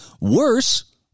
Worse